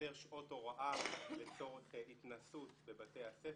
יותר שעות הוראה לצורך התנסות בבתי הספר,